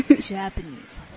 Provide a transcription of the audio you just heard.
Japanese